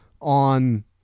on